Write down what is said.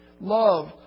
Love